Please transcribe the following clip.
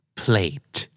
plate